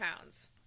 pounds